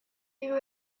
you